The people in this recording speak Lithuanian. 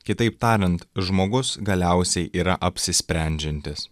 kitaip tariant žmogus galiausiai yra apsisprendžiantis